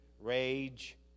Rage